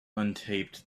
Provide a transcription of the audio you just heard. untaped